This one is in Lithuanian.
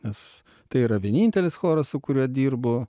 nes tai yra vienintelis choras su kuriuo dirbu